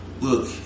look